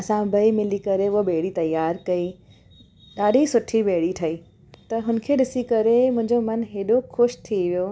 असां ॿई मिली करे उहा ॿेड़ी तयारु कई ॾाढी सुठी ॿेड़ी ठाही त हुनखे ॾिसी करे मुंहिंजो मन हेॾो ख़ुशि थी वियो